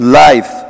life